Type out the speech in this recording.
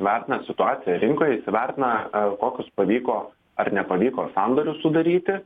vertina situaciją rinkoje įsivertina a kokius pavyko ar nepavyko sandorius sudaryti